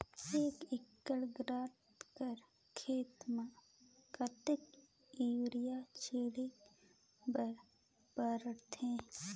एक एकड़ गन्ना कर खेती म कतेक युरिया छिंटे बर पड़थे?